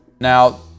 Now